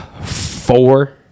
four